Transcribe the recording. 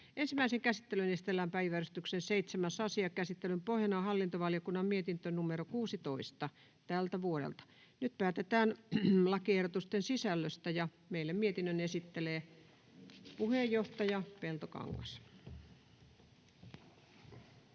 Ensimmäiseen käsittelyyn esitellään päiväjärjestyksen 7. asia. Käsittelyn pohjana on hallintovaliokunnan mietintö HaVM 16/2024 vp. Nyt päätetään lakiehdotusten sisällöstä. — Meille mietinnön esittelee puheenjohtaja Peltokangas.